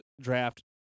draft